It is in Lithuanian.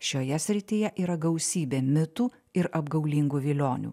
šioje srityje yra gausybė mitų ir apgaulingų vilionių